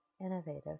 Innovative